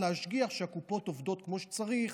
להשגיח שהקופות עובדות כמו שצריך